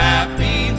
Happy